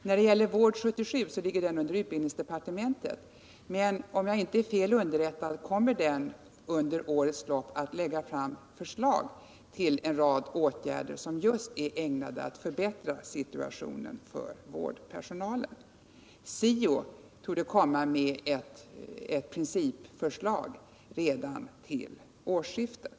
Utredningen Vård 77 ligger under utbildningsdepartementet, men om jag inte är fel underrättad kommer den under årets lopp att lägga fram förslag till en rad åtgärder som är ägnade att förbättra situationen för vårdpersonalen. SIO torde komma med ett principförslag redan till årsskiftet.